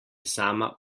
sama